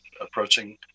approaching